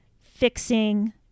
fixing